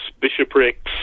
bishoprics